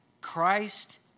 Christ